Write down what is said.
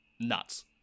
nuts